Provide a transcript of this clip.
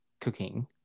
cooking